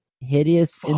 hideous